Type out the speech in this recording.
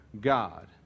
God